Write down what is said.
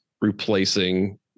replacing